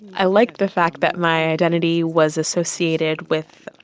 i liked the fact that my identity was associated with,